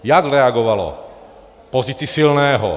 Jak reagovalo v pozici silného.